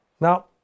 Now